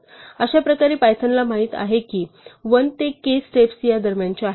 अशाप्रकारे पायथनला माहित आहे की 1 ते k स्टेप्स या दरम्यानच्या आहेत